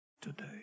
today